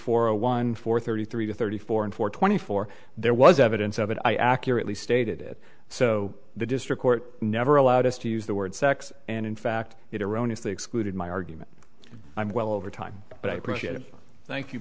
a one for thirty three to thirty four and for twenty four there was evidence of it i accurately stated it so the district court never allowed us to use the word sex and in fact it erroneous they excluded my argument i'm well over time but i appreciate it thank you